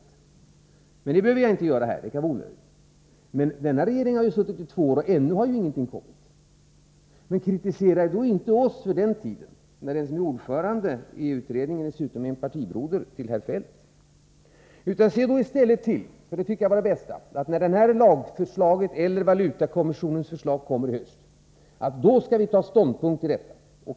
Det behöver jag emellertid inte gå in på här, det kan vara onödigt. Den nuvarande regeringen har emellertid suttit i två år, och ännu har ingenting kommit fram. Kritisera då inte oss för den tid när vi satt i regeringsställning, när den som är ordförande i utredningen dessutom är en partibroder till herr Feldt. Se i stället till, det tycker jag vore det bästa, att valutakommissionens förslag kommer i höst — då skall vi ta ställning till detta.